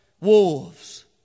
wolves